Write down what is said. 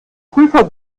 prüfer